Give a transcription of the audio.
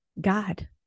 God